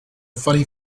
funny